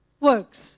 works